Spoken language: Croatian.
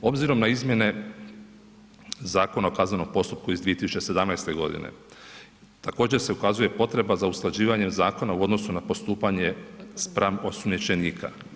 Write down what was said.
Obzirom na izmjene Zakona o kaznenom postupku iz 2017. godine također se ukazuje potreba za usklađivanjem zakona u odnosu na postupanje spram osumnjičenika.